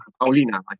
Paulina